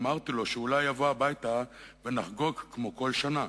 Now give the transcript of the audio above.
אמרתי לו שאולי יבוא הביתה ונחגוג כמו כל שנה,